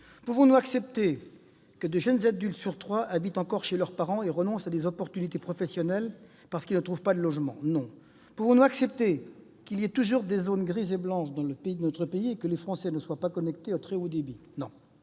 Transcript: Pouvons-nous accepter que deux jeunes adultes sur trois habitent encore chez leurs parents et renoncent à des opportunités professionnelles parce qu'ils ne trouvent pas de logement ? Non ! Pouvons-nous accepter qu'il y ait toujours, dans notre pays, des zones grises et blanches où les Français ne sont pas connectés au très haut débit ? Non